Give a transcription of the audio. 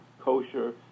kosher